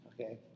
Okay